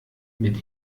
mit